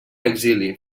exili